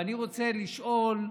ואני רוצה לשאול: